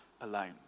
alone